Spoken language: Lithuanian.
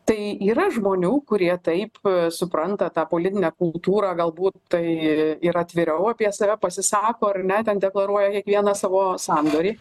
tai yra žmonių kurie taip supranta tą politinę kultūrą galbūt tai ir atviriau apie save pasisako ar ne ten deklaruoja kiekvieną savo sandorį